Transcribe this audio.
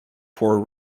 poor